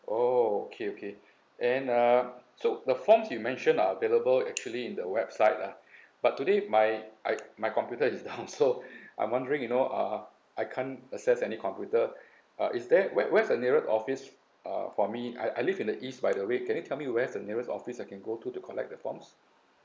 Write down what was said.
oh okay okay then uh so the forms you mentioned are available actually in the website lah but today my I my computer is down so I'm wondering you know uh I can't access any computer uh is there where where's the nearer office uh for me I I live in the east by the way can you tell me where's the nearest office I can go to to collect the forms